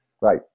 Right